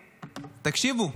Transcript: תקשיבו,